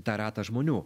tą ratą žmonių